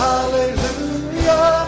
Hallelujah